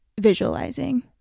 visualizing